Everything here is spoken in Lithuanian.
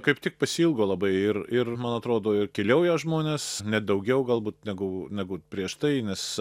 kaip tik pasiilgo labai ir ir man atrodoir keliauja žmonės net daugiau galbūt daugiau negu prieš tai nes